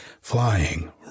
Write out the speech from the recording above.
flying